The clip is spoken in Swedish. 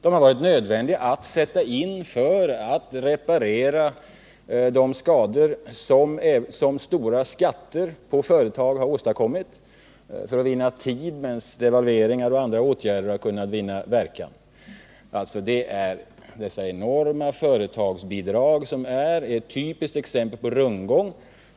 Det har varit nödvändigt att sätta in dessa bidrag för att reparera de skador som höga skatter har åstadkommit och för att vinna tid tills devalveringar och andra åtgärder har kunnat få verkan. Det är dessa enorma företagsbidrag som är ett typiskt exempel på rundgång.